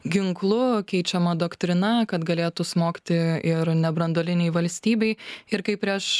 ginklu keičiama doktrina kad galėtų smogti ir nebranduolinei valstybei ir kaip prieš